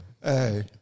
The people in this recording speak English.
Hey